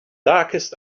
darkest